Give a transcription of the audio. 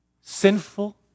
Sinful